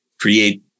create